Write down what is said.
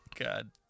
God